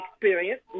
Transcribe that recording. experience